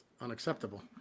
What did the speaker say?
Unacceptable